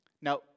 Now